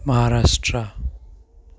Maharashtra